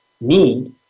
need